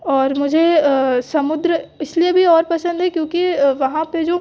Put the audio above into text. और मुझे समुद्र इसलिए भी और पसंद है क्योंकि वहाँ पे जो